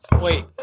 Wait